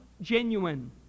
genuine